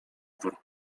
dwór